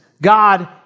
God